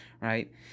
right